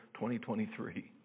2023